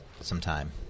Sometime